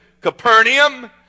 Capernaum